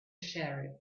sheriff